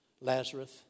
Lazarus